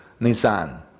Nissan